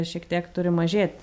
šiek tiek turi mažėt